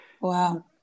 Wow